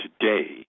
today